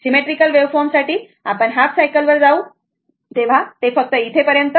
symmetrical waveform साठी आपण half सायकलवर जाऊ तर फक्त इथेपर्यंत